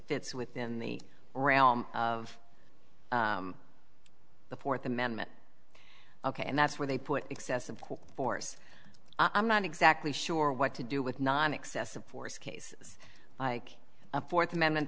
fits within the realm of the fourth amendment ok and that's where they put excessive force i'm not exactly sure what to do with not excessive force cases like a fourth amendment